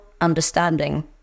understanding